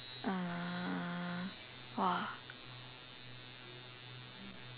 uh !wah!